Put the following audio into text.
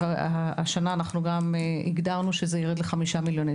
והשנה גם הגדרנו שזה ירד לחמישה מיליון.